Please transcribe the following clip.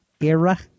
era